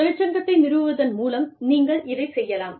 தொழிற்சங்கத்தை நிறுவுவதன் மூலம் நீங்கள் இதை செய்யலாம்